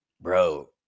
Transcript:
Bro